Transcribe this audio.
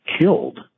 killed